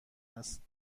است